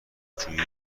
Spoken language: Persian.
جویی